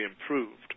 improved